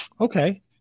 Okay